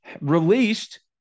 released